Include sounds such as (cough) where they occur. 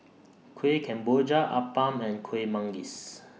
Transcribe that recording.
(noise) Kuih Kemboja Appam and Kueh Manggis